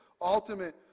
ultimate